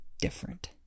different